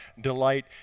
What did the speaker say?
delight